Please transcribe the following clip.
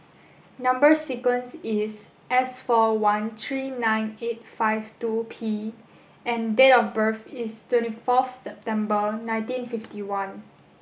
number sequence is S four one three nine eight five two P and date of birth is twenty fourth September nineteen fifty one